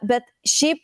bet šiaip